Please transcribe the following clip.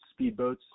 speedboats